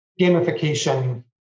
gamification